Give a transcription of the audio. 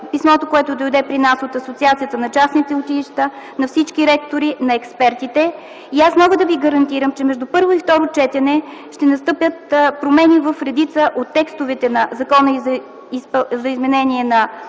писмото, което дойде при нас от Асоциацията на частните училища, на всички ректори, на експертите. Мога да ви гарантирам, че между първо и второ четене ще настъпят промени в редица от текстовете на Законопроекта за изменение и